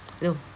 no